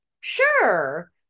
sure